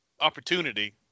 opportunity